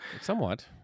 Somewhat